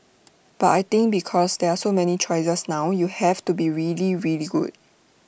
but I think because there are so many choices now you have to be really really good